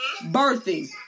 birthing